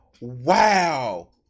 Wow